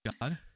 god